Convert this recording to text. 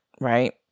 right